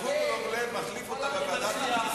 זבולון אורלב מחליף אותה בוועדת הכנסת.